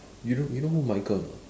you know you know who michael or not